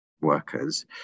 workers